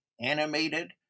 animated